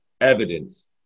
evidence